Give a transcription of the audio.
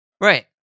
Right